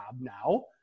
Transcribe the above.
now